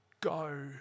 go